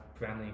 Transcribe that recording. family